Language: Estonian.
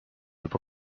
juba